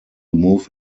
move